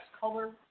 color